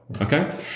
Okay